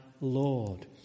Lord